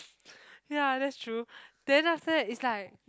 ya that's true then after that it's like